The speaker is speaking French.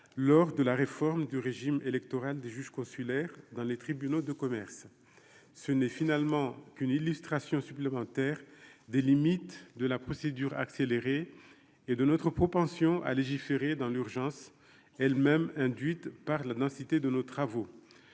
lors de la réforme du régime électoral des juges consulaires dans les tribunaux de commerce, ce n'est finalement qu'une illustration supplémentaire des limites de la procédure accélérée et de notre propension à légiférer dans l'urgence, elle-même induite par la densité de nos travaux,